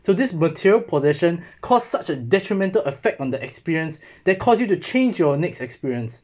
so this material possession caused such a detrimental effect on the experience that cause you to change your next experience